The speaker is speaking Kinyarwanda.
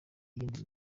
iyindi